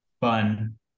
fun